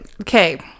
Okay